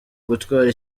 gutwara